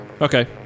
Okay